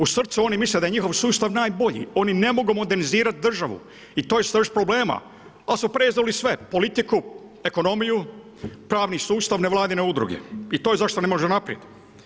U srcu oni misle da je njihov sustav najbolji, oni ne mogu modernizirati državu i to je srž problema, ali su preuzeli sve politiku, ekonomiju, pravni sustav, nevladine udruge i to je zašto ne možemo naprijed.